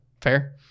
Fair